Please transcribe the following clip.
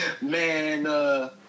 Man